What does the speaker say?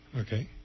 Okay